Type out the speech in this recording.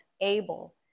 able